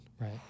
Right